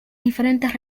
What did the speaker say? diferentes